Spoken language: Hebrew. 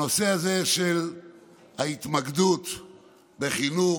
הנושא הזה של ההתמקדות בחינוך